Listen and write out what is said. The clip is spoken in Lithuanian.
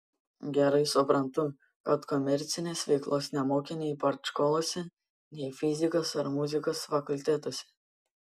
gerai suprantu kad komercinės veiklos nemokė nei partškolose nei fizikos ar muzikos fakultetuose